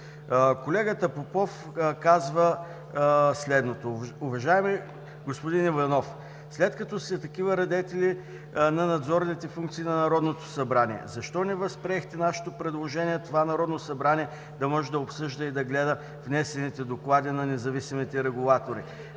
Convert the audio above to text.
Колегата Попов казва следното: „Уважаеми господин Иванов, след като сте такива радетели на надзорните функции на Народното събрание, защо не възприехте нашето предложение това Народно събрание да може да обсъжда и да гледа внесените доклади на независимите регулатори,